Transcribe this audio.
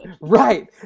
Right